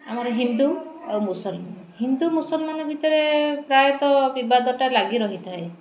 ଆମର ହିନ୍ଦୁ ଆଉ ମୁସଲମାନ୍ ହିନ୍ଦୁ ମୁସଲମାନ୍ ଭିତରେ ପ୍ରାୟତଃ ବିବାଦଟା ଲାଗି ରହିଥାଏ